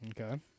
Okay